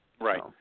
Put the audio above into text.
Right